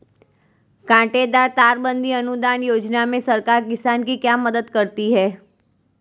कांटेदार तार बंदी अनुदान योजना में सरकार किसान की क्या मदद करती है?